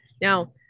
Now